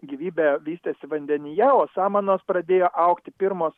gyvybė vystėsi vandenyje o samanos pradėjo augti pirmos